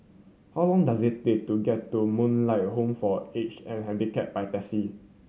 how long does it take to get to Moonlight Home for The Aged and Handicapped by taxi